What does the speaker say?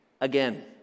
again